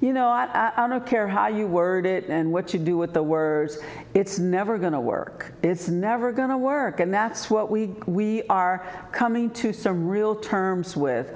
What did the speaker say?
you know i don't care how you word it and what you do with the words it's never going to work it's never going to work and that's what we we are coming to some real terms with